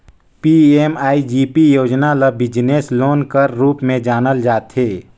PMEGP योजना ल business loan कर रूप में जानल जाथे